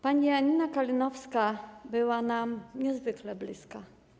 Pani Janina Kalinowska była nam niezwykle bliska.